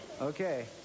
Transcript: Okay